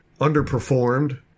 underperformed